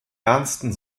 ernsten